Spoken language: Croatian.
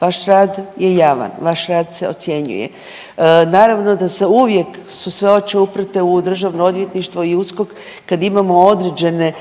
vaš rad je javan, vaš rad se ocjenjuje, naravno da se uvijek su sve oči uprte u DORH i USKOK kad imamo određene